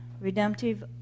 redemptive